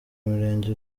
imirenge